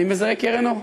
אני מזהה קרן אור.